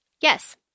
yes